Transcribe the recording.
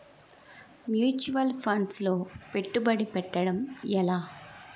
Mutual funds లో పెట్టుబడి పెట్టడం ఎలా?